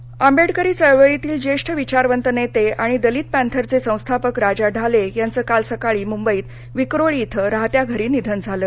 निधन आंबेडकरी चळवळीतील ज्येष्ठ विचारवंत नेते आणि दलित पँथरचे संस्थापक राजा ढाले यांचं काल सकाळी मृंबईत विक्रोळी इथं राहत्या घरी निधन झालं